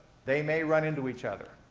they may run into each other.